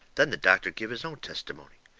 then the doctor give his own testimony.